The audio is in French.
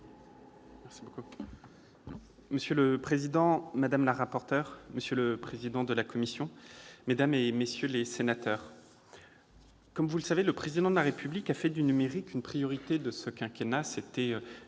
d'État. Monsieur le président, madame la rapporteur, monsieur le président de la commission, mesdames, messieurs les sénateurs, comme vous le savez, le Président de la République a fait du numérique une priorité du quinquennat. Cet